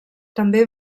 també